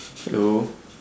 hello